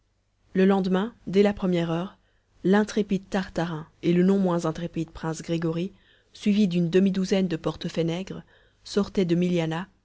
le lendemain dès la première heure l'intrépide tartarin et le non moins intrépide prince grégory suivis d'une demi-douzaine de portefaix nègres sortaient de milianah